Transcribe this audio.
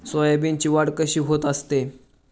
सोयाबीनची वाढ कशी होत असते?